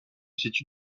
situe